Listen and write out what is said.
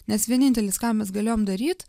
nes vienintelis ką mes galėjom daryt